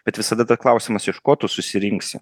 bet visada dar klausimas iš ko tu susirinksi